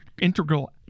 integral